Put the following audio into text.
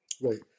wait